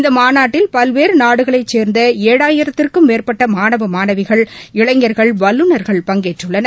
இந்த மாநாட்டில் பல்வேறு நாடுகளைச் சேர்ந்த ஏழாயிரத்துக்கும் மேற்பட்ட மாணவ மாணவிகள் இளைஞர்கள் வல்லூநர்கள் பங்கேற்றுள்ளனர்